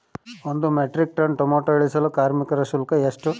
ಒಂದು metric ton tomato ಇಳಿಸಲು ಕಾರ್ಮಿಕರ ಶುಲ್ಕ ಎಷ್ಟು?